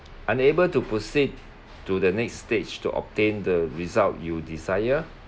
unable to proceed to the next stage to obtain the result you desire